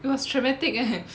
it was traumatic eh